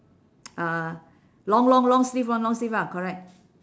uh long long long sleeve [one] long sleeve lah correct